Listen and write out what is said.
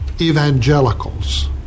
Evangelicals